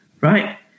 right